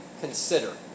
consider